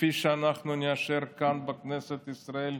כפי שאנחנו נאשר כאן בכנסת ישראל,